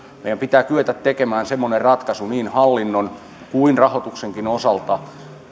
meidän pitää kyetä tekemään semmoinen ratkaisu niin hallinnon kuin rahoituksenkin osalta